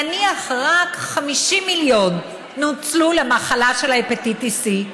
נניח שרק 50 מיליון נוצלו לתרופה להפטיטיס B,